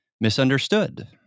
misunderstood